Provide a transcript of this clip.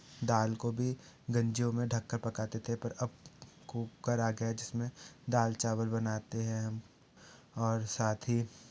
दाल को भी गँजियों में ढक कर पकाते थे पर अब कुकर आ गया है जिसमें दाल चावल बनाते हैं हम और साथ ही